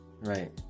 right